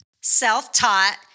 self-taught